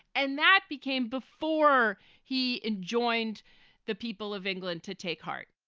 and that became before he and joined the people of england to take heart.